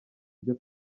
byo